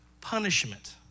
punishment